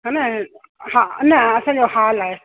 हे न हा न असांजो हाल आहे